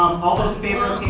all those in favor of